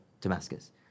Damascus